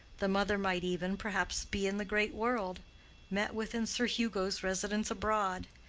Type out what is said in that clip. the mother might even, perhaps, be in the great world met with in sir hugo's residence abroad.